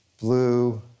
blue